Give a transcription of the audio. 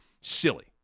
silly